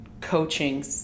coaching